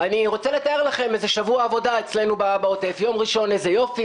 אני רוצה לתאר לכם שבוע עבודה אצלנו בעוטף: יום ראשון איזה יופי,